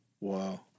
Wow